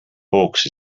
box